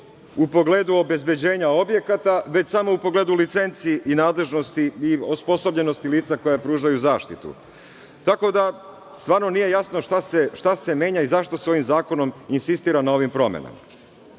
u pogledu obezbeđenja objekata, već samo u pogledu licenci, nadležnosti i osposobljenosti lica koja pružaju zaštitu. Tako da, stvarno nije jasno šta se menja i zašto se ovim zakonom insistira na ovim promenama. Kao